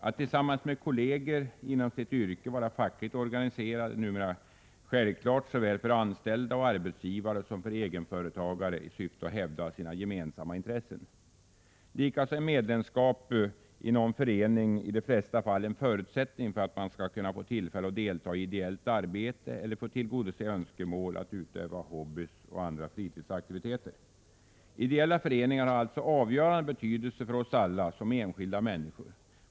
Att tillsammans med kolleger inom sitt yrke vara fackligt organiserad i syfte att hävda sina gemensamma intressen är numera självklart såväl för anställda och arbetsgivare som för egenföretagare. Likaså är medlemskap i någon förening i de flesta fall en förutsättning för att man skall få tillfälle att delta i ideellt arbete eller för att tillgodose önskemål att utöva hobbies och andra fritidsaktiviteter. Ideella föreningar har alltså avgörande betydelse för oss alla som enskilda människor.